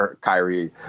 Kyrie